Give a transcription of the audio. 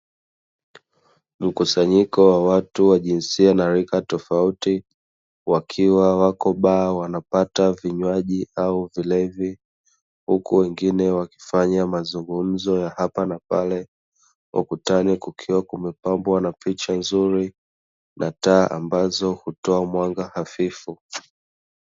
Mkusanyiko wa watu wa jinsia na rika tofauti, wakiwa wako baa wanapata vinywaji au vilevi. Huku wengine wakifanya mazungumzo ya hapa na pale. Ukutani kukiwa kumepambwa na picha nzuri, na taa ambazo hutoa mwanga hafifu.